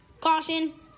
Caution